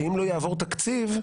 שאם לא יעבור תקציב,